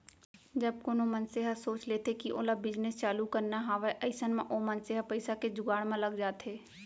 जब कोनो मनसे ह सोच लेथे कि ओला बिजनेस चालू करना हावय अइसन म ओ मनसे ह पइसा के जुगाड़ म लग जाथे